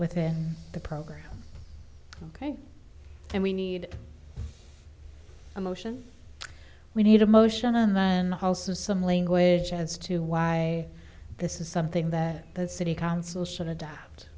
within the program ok and we need a motion we need a motion and also some language as to why this is something that the city council